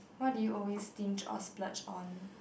what do you always stinge or splurge on